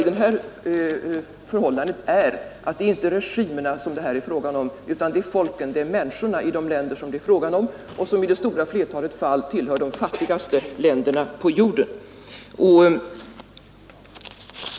Och det är inte regimerna som det här är fråga om utan det är folken, det är människorna i dessa länder, som i det stora flertalet fall hör till de fattigaste på jorden.